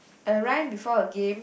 a rhyme before a game